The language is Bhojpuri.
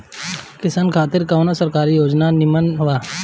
किसान खातिर कवन सरकारी योजना नीमन बा?